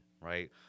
right